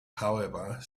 however